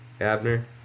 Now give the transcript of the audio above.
Abner